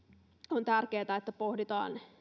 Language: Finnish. on tärkeätä että pohditaan